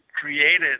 created